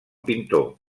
pintor